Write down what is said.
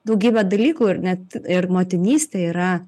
daugybę dalykų ir net ir motinystė yra